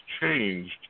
changed